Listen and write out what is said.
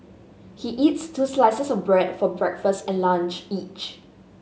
he eats two slices of bread for breakfast and lunch each